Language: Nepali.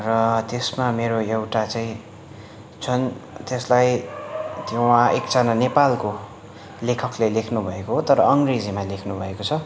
र त्यसमा मेरो एउटा चाहिँ छन् त्यसलाई त्यो उहाँ एकजना नेपालको लेखकले लेख्नु भएको हो तर अङ्ग्रेजीमा लेख्नु भएको छ